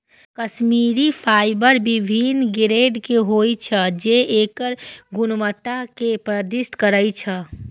Kashmiri fibre विभिन्न grade के होइ छै, जे एकर गुणवत्ता कें प्रदर्शित करै छै